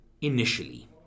initially